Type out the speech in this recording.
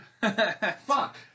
Fuck